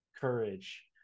courage